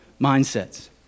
mindsets